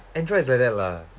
android is like that lah